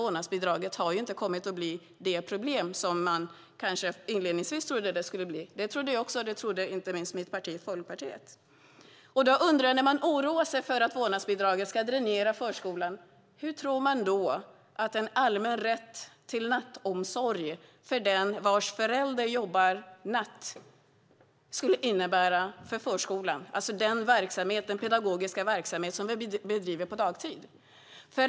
Vårdnadsbidraget har inte kommit att bli det problem som vissa inledningsvis trodde att det skulle bli, däribland jag och inte minst mitt parti, Folkpartiet. När man oroar sig för att vårdnadsbidraget ska dränera förskolan, vad tror man då att en allmän rätt till nattomsorg för den vars förälder jobbar natt skulle innebära för förskolan och den pedagogiska verksamhet som bedrivs på dagtid?